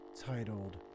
Titled